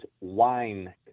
wine